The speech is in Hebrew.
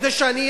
כדי שאני,